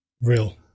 Real